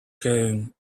came